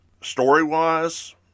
story-wise